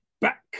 back